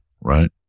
right